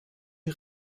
die